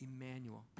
Emmanuel